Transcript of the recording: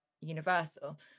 Universal